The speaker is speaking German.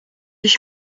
ich